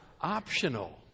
optional